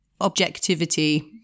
Objectivity